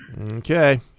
okay